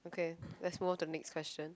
okay let's move on to the next question